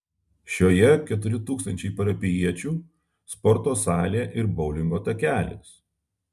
šioje keturi tūkstančiai parapijiečių sporto salė ir boulingo takelis